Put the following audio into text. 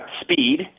speed